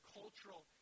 cultural